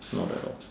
not at all